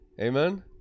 Amen